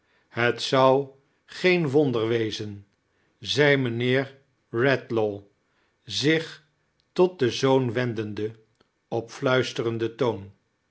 het zou geen wonder wezen zei mijnheer redlaw zich tot den zoon wendende op fluisterenden toom